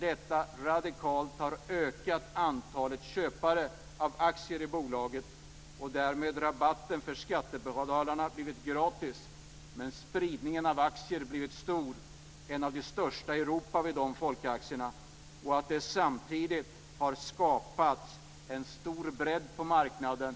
Detta har radikalt ökat antalet köpare av aktier, och därmed har rabatten blivit gratis för skattebetalarna. Spridningen av aktier har blivit stor. Den har för folkaktierna blivit en av de största i Europa. Samtidigt har det skapat en stor bredd på marknaden.